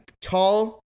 tall